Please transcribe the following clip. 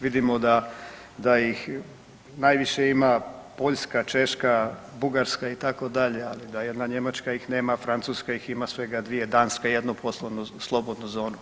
Vidimo da ih najviše ima Poljska, Češka, Bugarska itd., ali da jedna Njemačka ih nema, Francuska ih ima svega 2, Danska 1 poslovnu slobodnu zonu.